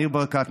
ניר ברקת,